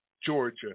Georgia